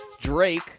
drake